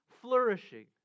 flourishing